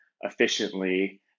efficiently